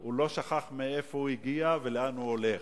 הוא לא שכח מאיפה הוא הגיע ולאן הוא הולך.